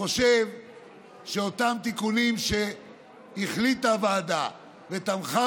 חושב שבאותם תיקונים שהחליטה הוועדה ותמכה